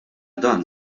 dan